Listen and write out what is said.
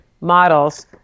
models